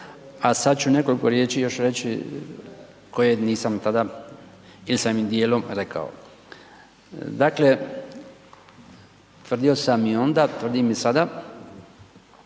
a sada ću još nekoliko riječi reći koje nisam tada ili sam ih dijelom rekao. Dakle, tvrdio sam i onda tvrdim i sada